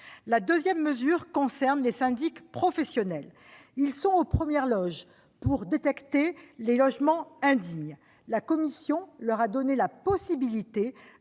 La seconde mesure concerne les syndics professionnels. Ils sont aux premières loges pour détecter les logements indignes. La commission leur a donné la possibilité